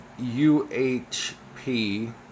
UHP